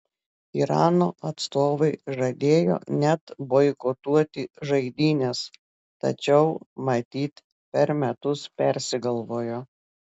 irano atstovai žadėjo net boikotuoti žaidynes tačiau matyt per metus persigalvojo